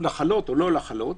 לחלות או לא לחלות,